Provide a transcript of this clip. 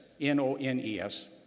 N-O-N-E-S